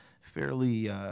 fairly